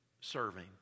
serving